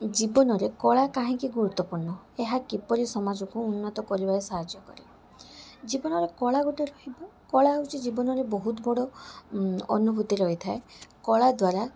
ଜୀବନରେ କଳା କାହିଁକି ଗୁରୁତ୍ୱପୂର୍ଣ୍ଣ ଏହା କିପରି ସମାଜକୁ ଉନ୍ନତ କରିବାରେ ସାହାଯ୍ୟ କରେ ଜୀବନରେ କଳା ଗୋଟେ ରହିବ କଳା ହେଉଛି ଜୀବନର ବହୁତ ବଡ଼ ଅନୁଭୂତି ରହିଥାଏ କଳା ଦ୍ୱାରା